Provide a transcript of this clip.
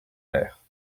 l’air